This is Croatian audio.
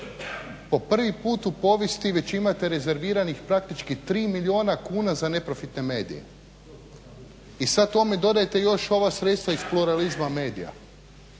Po prvi puta u povijesti već imate rezerviranih praktički 3 milijuna kuna za neprofitne medije i sada tome dodajte još ova sredstva iz pluralizma medija,